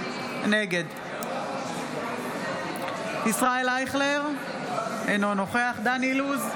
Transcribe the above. נגד ישראל אייכלר, אינו נוכח דן אילוז,